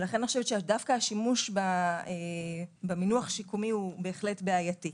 לכן אני חושבת שדווקא השימוש במינוח שיקומי הוא בהחלט בעייתי.